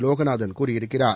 லோகநாதன் கூறியிருக்கிறார்